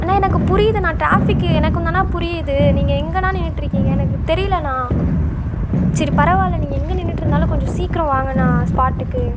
அண்ணா எனக்கு புரியுதுண்ணா ட்ராஃபிக்கு எனக்குந்தாண்ணா புரியுது நீங்கள் எங்கேண்ணா நின்றிட்ருக்கீங்க எனக்கு தெரியலண்ணா சரி பரவாயில்ல நீங்கள் எங்கே நின்றிட்ருந்தாலும் கொஞ்சம் சீக்கிரம் வாங்கண்ணா ஸ்பாட்டுக்கு